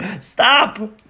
Stop